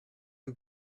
you